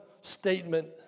statement